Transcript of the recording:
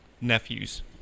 nephews